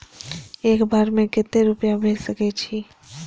एक बार में केते रूपया भेज सके छी?